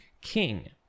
king